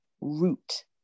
root